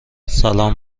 سلام